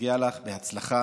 מגיע לך בהצלחה.